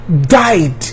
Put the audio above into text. died